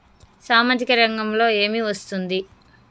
సామాజిక రంగంలో ఏమి వస్తుంది?